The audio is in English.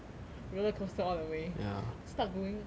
rollercoaster all the way start going